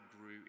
grew